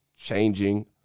changing